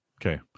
okay